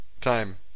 time